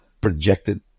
projected